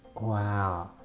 Wow